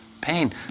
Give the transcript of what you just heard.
pain